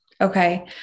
Okay